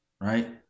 right